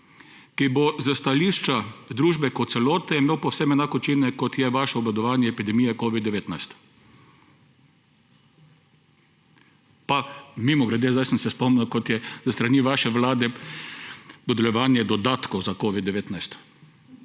ki bo s stališča družbe kot celote imel povsem enak učinek, kot je vaše obvladovanje epidemije covida-19. Pa, mimogrede, zdaj sem se spomnil, kot je s strani vaše vlade, dodeljevanje dodatkov za covid-19.